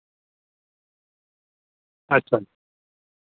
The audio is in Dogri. अच्छा